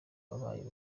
wabaye